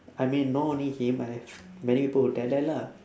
I mean not only him I have many people who like that lah